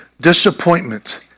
Disappointment